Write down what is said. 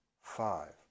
five